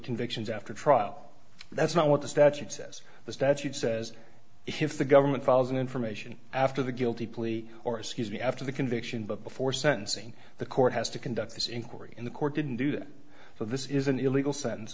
convictions after trial that's not what the statute says the statute says if the government files an information after the guilty plea or excuse me after the conviction but before sentencing the court has to conduct this inquiry in the court didn't do that so this is an illegal sen